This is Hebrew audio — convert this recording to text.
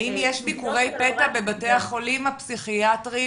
האם יש ביקורי פתע בבתי חולים הפסיכיאטרים